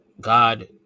God